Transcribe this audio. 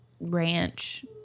ranch